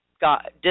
got